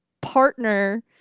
partner